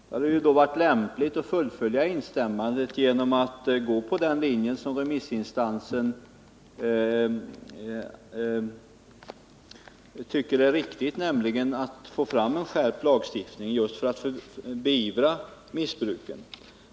Det hade då varit lämpligt om majoriteten hade fullföljt instämmandet genom att följa den linje som remissinstansen tycker är riktig, nämligen att få fram en skärpt lagstiftning för att just beivra missbruken.